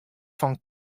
fan